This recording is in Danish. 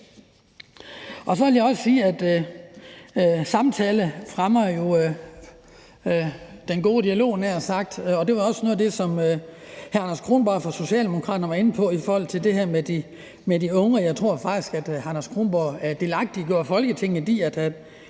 samtale jo fremmer den gode dialog, havde jeg nær sagt, og det var også noget af det, som hr. Anders Kronborg fra Socialdemokraterne var inde på i forhold til det her med de unge. Jeg tror faktisk, at hr. Anders Kronborg delagtiggjorde Folketinget i, at